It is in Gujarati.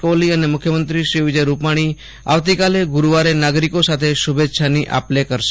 કોહલી અને મુખ્યમંત્રી શ્રી વિજય રૂપાણી આ ગુરૂવારે નાગરિકો સાથે શુભેચ્છાની આપ લે કરશે